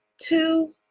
Two